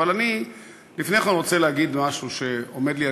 אבל אני לפני כן רוצה להגיד משהו שעומד לי על